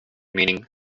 meaning